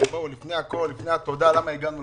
אבל לפני הכול, לפני התודה, למה הגענו